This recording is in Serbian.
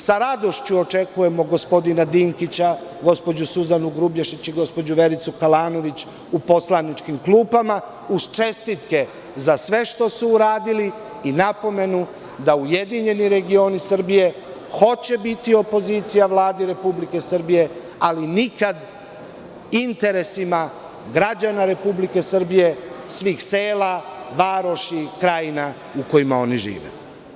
Sa radošću očekujemo gospodina Dinkića, gospođu Suzanu Grubješić i gospođu Vericu Kalanović u poslaničkim klupama, uz čestitke za sve što su uradili i napomenu da URS hoće biti opozicija Vladi Republike Srbije, ali nikad interesima građana Republike Srbije, svih sela, varoši, krajina u kojima oni žive.